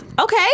Okay